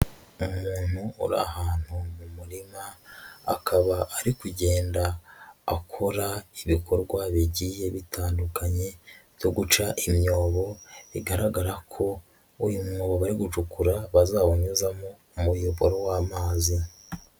Umuntu uri ahantu mu murima, akaba ari kugenda akora ibikorwa bigiye bitandukanye byo guca imyobo, bigaragara ko uyu mwobo bari gucukura bazawunyuzamo umuyoboro w'amazi.